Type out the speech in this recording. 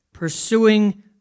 Pursuing